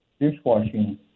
dishwashing